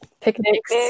Picnics